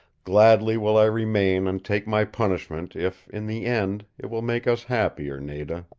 gladly will i remain and take my punishment if in the end it will make us happier, nada.